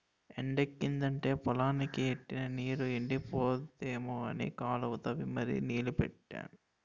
ఎండెక్కిదంటే పొలానికి ఎట్టిన నీరు ఎండిపోద్దేమో అని కాలువ తవ్వి మళ్ళీ నీల్లెట్టాను